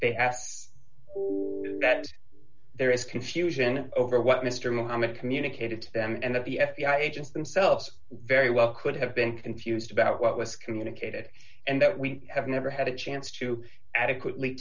they asked that there is confusion over what mr mohammed communicated to them and that the f b i agents themselves very well could have been confused about what was communicated and that we have never had a chance to adequately